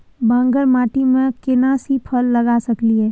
बांगर माटी में केना सी फल लगा सकलिए?